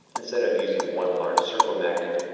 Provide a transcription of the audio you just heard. instead of using one large circle magnet,